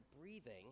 breathing